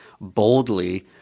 boldly